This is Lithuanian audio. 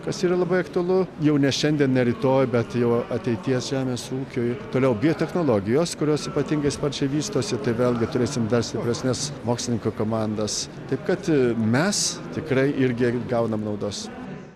kas yra labai aktualu jau ne šiandien ne rytoj bet jau ateities žemės ūkiui toliau biotechnologijos kurios ypatingai sparčiai vystosi tai vėlgi turėsim dar stipresnes mokslininkų komandas taip kad mes tikrai irgi gaunam naudos